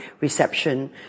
reception